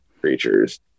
creatures